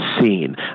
seen